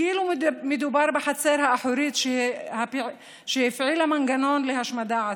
כאילו מדובר בחצר האחורית שהפעילה מנגנון להשמדה עצמית,